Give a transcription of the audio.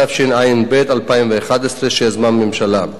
התשע"ב 2012, שיזמה הממשלה.